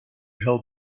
help